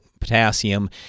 potassium